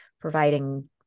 providing